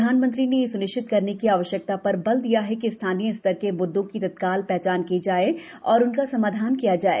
प्रधानमंत्री ने यह सुनिश्चित करने की आवश्यकता पर बल दिया कि स्थानीय स्तर के मुद्दों की तत्काल पहचान की जाये और उनका समाधान किया जाये